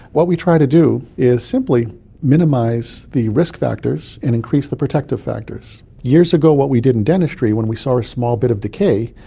what we try to do is simply minimise the risk factors and increase the protective factors. years ago what we did in dentistry when we saw a small bit of decay,